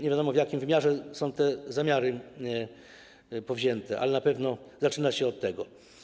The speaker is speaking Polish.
Nie wiadomo, w jakim wymiarze są te zamiary powzięte, ale na pewno zaczyna się od tego.